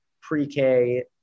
pre-k